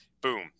boom